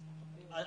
באפריל?